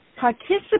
participate